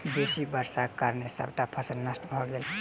बेसी वर्षाक कारणें सबटा फसिल नष्ट भ गेल